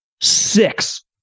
six